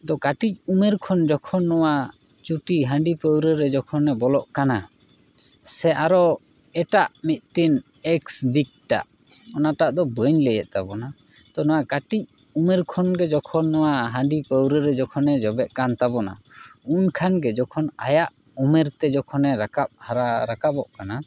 ᱛᱚ ᱠᱟᱹᱴᱤᱡ ᱩᱢᱮᱨ ᱠᱷᱚᱱ ᱡᱚᱠᱷᱚᱱ ᱱᱚᱣᱟ ᱪᱩᱴᱤ ᱦᱟᱺᱰᱤ ᱯᱟᱹᱣᱨᱟᱹ ᱨᱮ ᱡᱚᱠᱷᱚᱱᱮ ᱵᱚᱞᱚᱜ ᱠᱟᱱᱟ ᱥᱮ ᱟᱨᱚ ᱮᱴᱟᱜ ᱢᱤᱫᱴᱤᱱ ᱮᱠᱥ ᱫᱤᱠ ᱴᱟᱜ ᱚᱱᱟ ᱴᱟᱜ ᱫᱚ ᱵᱟᱹᱧ ᱞᱟᱹᱭᱮᱫ ᱛᱟᱵᱚᱱᱟ ᱛᱚ ᱱᱚᱣᱟ ᱠᱟᱹᱴᱤᱡ ᱩᱢᱮᱨ ᱠᱷᱚᱱ ᱜᱮ ᱡᱚᱠᱷᱚᱱ ᱱᱚᱣᱟ ᱦᱟᱺᱰᱤ ᱯᱟᱹᱣᱨᱟᱹ ᱨᱮ ᱡᱚᱠᱷᱚᱱᱮ ᱡᱚᱵᱮᱜ ᱠᱟᱱ ᱛᱟᱵᱚᱱᱟ ᱩᱱ ᱠᱷᱟᱱ ᱜᱮ ᱡᱚᱠᱷᱚᱱ ᱟᱭᱟᱜ ᱩᱢᱮᱨ ᱛᱮ ᱡᱚᱠᱷᱚᱱᱮ ᱨᱟᱠᱟᱵᱟ ᱦᱟᱨᱟ ᱨᱟᱠᱟᱵᱚᱜ ᱠᱟᱱᱟ